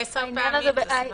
עשר פעמים זה סבבה?